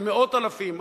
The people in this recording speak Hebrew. של מאות אלפים,